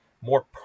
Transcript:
more